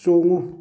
ꯆꯣꯡꯉꯨ